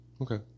okay